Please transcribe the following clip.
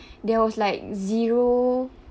there was like zero